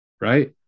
right